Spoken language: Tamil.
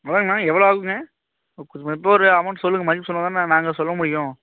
அதுதாங்ணா எவ்வளோ ஆகுங்க நெட்டாக ஒரு அமௌண்ட் சொல்லுங்க மதிப்பு சொன்னால் தானே நாங்கள் சொல்ல முடியும்